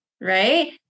Right